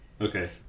Okay